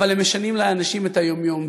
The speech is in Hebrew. אבל הם משנים לאנשים את היום-יום.